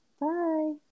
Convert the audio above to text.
Bye